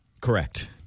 Correct